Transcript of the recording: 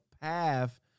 path